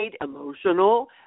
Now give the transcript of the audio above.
emotional